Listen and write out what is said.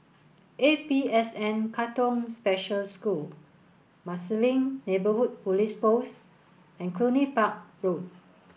A P S N Katong Special School Marsiling Neighbourhood Police Post and Cluny Park Road